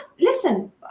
listen